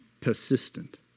persistent